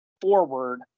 forward